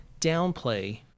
downplay